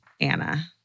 Anna